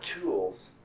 tools